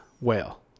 whale